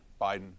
Biden